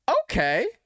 okay